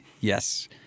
Yes